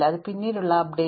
ഇത് പിന്നീടുള്ള അപ്ഡേറ്റിൽ